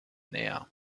näher